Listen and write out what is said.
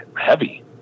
heavy